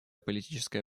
политическое